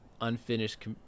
unfinished